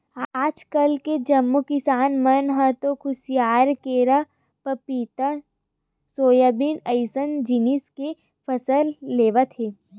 आजकाल के जम्मो किसान मन ह तो खुसियार, केरा, पपिता, सोयाबीन अइसन जिनिस के फसल लेवत हे